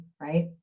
right